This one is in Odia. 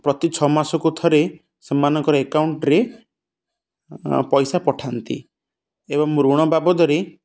ପ୍ରତି ଛଅ ମାସକୁ ଥରେ ସେମାନଙ୍କର ଏକାଉଉଣ୍ଟ୍ରେ ପଇସା ପଠାନ୍ତି ଏବଂ ଋଣ ବାବଦରେ